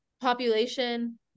population